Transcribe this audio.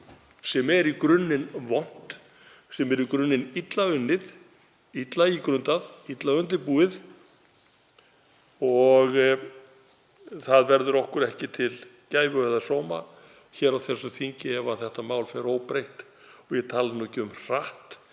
sem er í grunninn vont, sem er í grunninn illa unnið, illa ígrundað og illa undirbúið. Það verður okkur ekki til gæfu eða sóma hér á þessu þingi ef þetta mál fer óbreytt, og ég tala nú ekki um hratt,